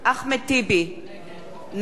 נגד רוברט טיבייב,